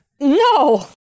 No